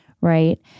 right